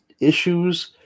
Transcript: issues